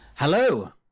Hello